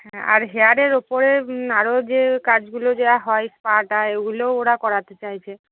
হ্যাঁ আর হেয়ারের ওপরে আরও যে কাজগুলো যা হয় স্পা টা এগুলোও ওরা করাতে চাইছে